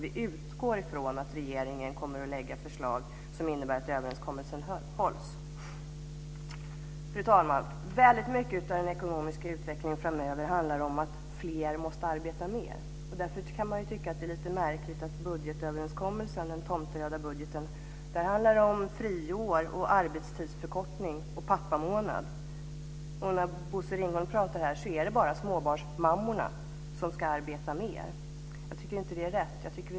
Vi utgår från att regeringen kommer att lägga fram förslag som innebär att överenskommelsen hålls. Fru talman! Väldigt mycket av den ekonomiska utvecklingen framöver handlar om att fler måste arbeta mer. Därför kan man tycka att det är lite märkligt att den tomteröda budgeten innehåller förslag om friår, arbetstidsförkortning och pappamånad. Enligt Bosse Ringholm är det bara småbarnsmammorna som ska arbeta mer. Jag tycker inte att det är rätt.